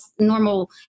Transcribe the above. normal